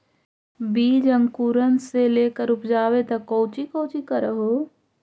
बीज अंकुरण से लेकर उपजाबे तक कौची कौची कर हो?